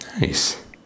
Nice